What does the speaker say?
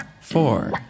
four